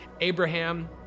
Abraham